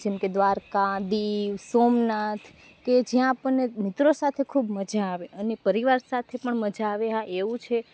જેમ કે દ્વારકા દીવ સોમનાથ કે જ્યાં આપણને મિત્રો સાથે ખૂબ મજા આવે અને પરિવાર સાથે પણ મજા આવે હા એવું છે